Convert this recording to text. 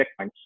checkpoints